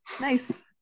Nice